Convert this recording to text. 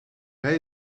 bij